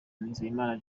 nizeyimana